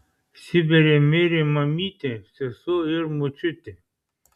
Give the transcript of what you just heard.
sibire mirė mamytė sesuo ir močiutė